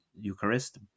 Eucharist